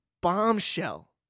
bombshell